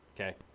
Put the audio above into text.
okay